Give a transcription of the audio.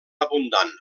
abundant